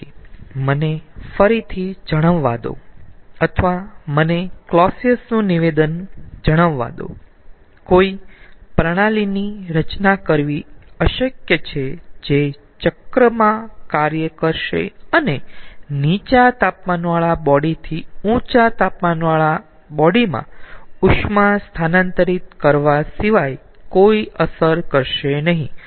તેથી મને ફરીથી જણાવવા દો અથવા મને કલોસીયસ નું નિવેદન જણાવવા દો કોઈ પ્રણાલીની રચના કરવી અશક્ય છે જે ચક્રમાં કાર્ય કરશે અને નીચા તાપમાનવાળા બોડી થી ઊંચા તાપમાનવાળા બોડીમાં ઉષ્મા સ્થાનાંતરિત કરવા સિવાય કોઈ અસર કરશે નહીં